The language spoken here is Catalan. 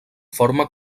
forma